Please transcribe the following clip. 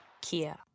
Kia